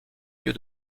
lieu